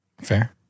Fair